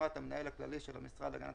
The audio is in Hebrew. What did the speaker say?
ובהסכמת המנהל הכללי של המשרד להגנת